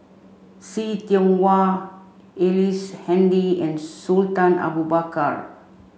See Tiong Wah Ellice Handy and Sultan Abu Bakar